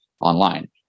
online